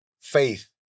faith